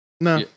No